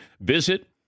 Visit